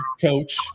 coach